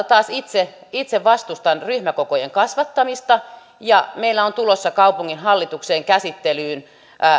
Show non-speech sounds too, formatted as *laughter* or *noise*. *unintelligible* taas itse itse vastustan ryhmäkokojen kasvattamista ja meillä on tulossa kaupunginhallituksen käsittelyyn